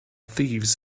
thieves